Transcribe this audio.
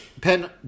Pen